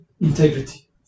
integrity